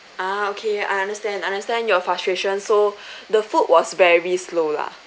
ah okay I understand I understand your frustration so the food was very slow lah